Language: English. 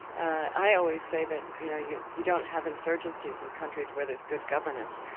i always say that you know you you don't have insurgencies in countries where there's good governance,